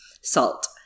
Salt